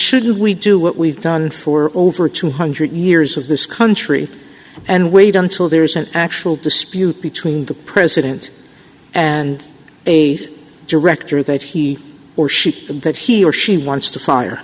should we do what we've done for over two hundred years of this country and wait until there's an actual dispute between the president and a director that he or she that he or she wants to fire